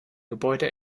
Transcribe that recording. gebäude